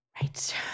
Right